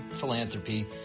philanthropy